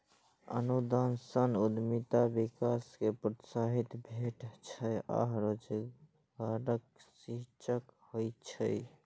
अनुदान सं उद्यमिता विकास कें प्रोत्साहन भेटै छै आ रोजगारक सृजन होइ छै